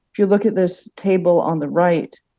if you look at this table on the right,